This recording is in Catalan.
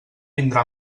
vindrà